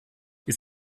ist